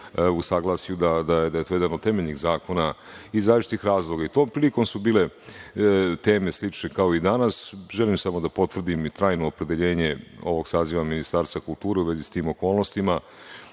u saglasju da je to jedan od temeljnih zakona iz različitih zakona. Tom prilikom su bile teme slične kao i danas. Želim samo da potvrdim i trajno opredeljenje ovog saziva Ministarstva kulture u vezi sa tim okolnostima.